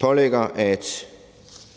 pålægger